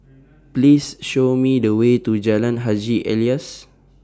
Please Show Me The Way to Jalan Haji Alias